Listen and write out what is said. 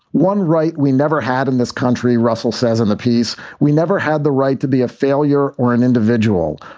one right. we never had in this country, russell says in the piece. we never had the right to be a failure or an individual.